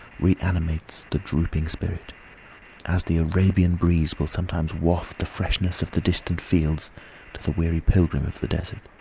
reanimates the drooping spirit as the arabian breeze will sometimes waft the freshness of the distant fields to the weary pilgrim of the desert.